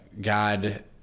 God